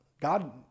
God